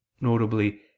notably